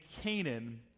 Canaan